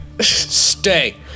Stay